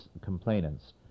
complainants